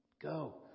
Go